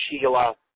Sheila